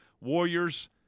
warriors